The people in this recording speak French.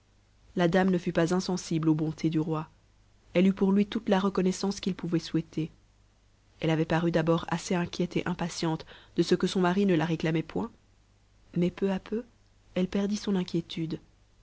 la dame ne fut pas insensible aux bontés du roi elle eut pour lui toute la reconnaissance qu'il pouvait souhaiter elle avait paru d'abord assez inquiète et impatiente de ce que son mari ne la réclamait point mais peu à peu elle perdit son inquiétude